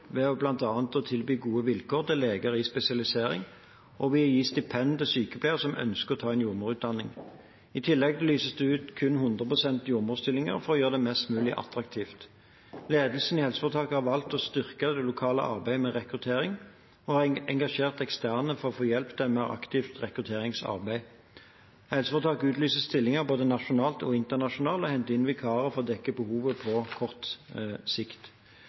ved bl.a. å tilby gode vilkår til leger i spesialisering og ved å gi stipend til sykepleiere som ønsker å ta en jordmorutdanning. I tillegg lyses det kun ut 100 pst.-jordmorstillinger for å gjøre det mest mulig attraktivt. Ledelsen i helseforetaket har valgt å styrke det lokale arbeidet med rekruttering og har engasjert eksterne for å få hjelp til et mer aktivt rekrutteringsarbeid. Helseforetaket utlyser stillinger både nasjonalt og internasjonalt og henter inn vikarer for å dekke behovet på kort sikt.